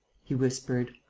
he whispered